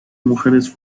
mujeres